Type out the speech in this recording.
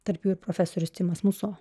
tarp jų ir profesorius timas muso